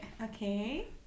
Okay